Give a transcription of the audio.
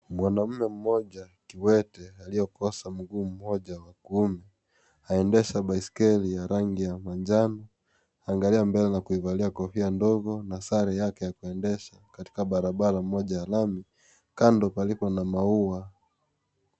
Mwanaume mmoja kiwete aliyekosa mguu mmojavwa guuni aendesha baiskeli ya rangi ya manjano, aangalia mbele na kuivalia kofia ndogo na sare yake ya kuendesha katika barabara moja ya lami kando palipo na maua.